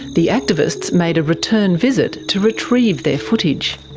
the activists made a return visit to retrieve their footage.